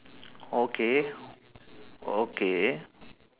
oh okay okay